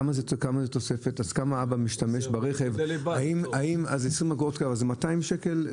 בכמה תוספת מדובר זה 200 שקלים.